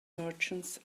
merchants